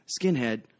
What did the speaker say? skinhead